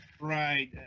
Right